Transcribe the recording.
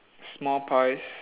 small pies